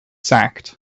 sacked